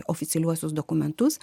oficialiuosius dokumentus